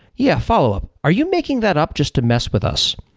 yeah, follow-up, are you making that up just to mess with us?